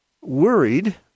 worried